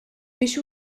biex